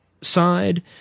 side